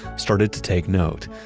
started to take note.